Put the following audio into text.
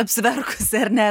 apsiverkusi ar ne